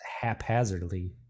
haphazardly